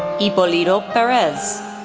hipolito perez,